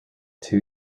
two